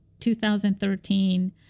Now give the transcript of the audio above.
2013